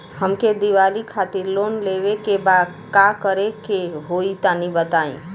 हमके दीवाली खातिर लोन लेवे के बा का करे के होई तनि बताई?